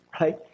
Right